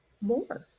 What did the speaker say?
more